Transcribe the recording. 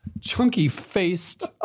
Chunky-faced